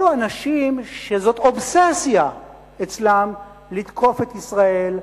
אלו אנשים שזו אובססיה אצלם לתקוף את ישראל,